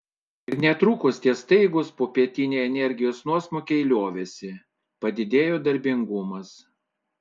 ir netrukus tie staigūs popietiniai energijos nuosmukiai liovėsi padidėjo darbingumas